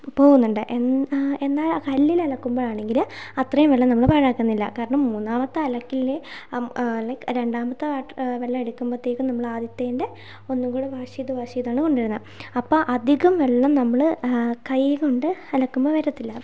പോവുന്നുണ്ട് എന്നാൽ എന്നാൽ ആ കല്ലിലലക്കുമ്പോൾ ആണെങ്കിൽ അത്രയും വെള്ളം നമ്മൾ പാഴാക്കുന്നില്ല കാരണം മൂന്നാമത്തെ അലക്കിൽ ലൈക്ക് രണ്ടാമത്തെ വെള്ളം എടുക്കുമ്പോഴത്തേക്കും നമ്മൾ ആദ്യത്തേതിന്റെ ഒന്നുംകൂടി വാഷ് ചെയ്ത് വാഷ് ചെയ്ത് ആണ് കൊണ്ടുവരുന്നത് അപ്പോൾ അധികം വെള്ളം നമ്മൾ കൈകൊണ്ട് അലക്കുമ്പോൾ വരത്തില്ല